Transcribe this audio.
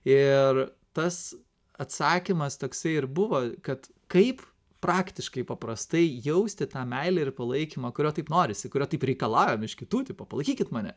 ir tas atsakymas toksai ir buvo kad kaip praktiškai paprastai jausti tą meilę ir palaikymą kurio taip norisi kurio taip reikalaujame iš kitų tipo palaikykit mane